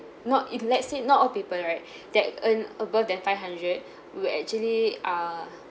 not if let's say not all people right that earn above than five hundred will actually err